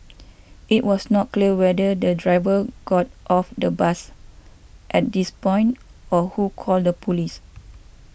it was not clear whether the driver got off the bus at this point or who called the police